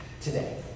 today